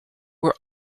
were